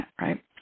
right